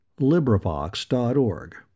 LibriVox.org